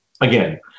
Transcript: again